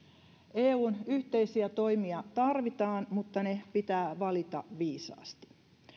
eun yhteisiä toimia tarvitaan mutta ne pitää valita viisaasti